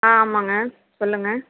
ஆ ஆமாங்க சொல்லுங்கள்